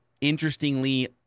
interestingly